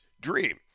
dream